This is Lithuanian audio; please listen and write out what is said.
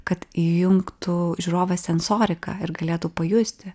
kad įjungtų žiūrovo sensoriką ir galėtų pajusti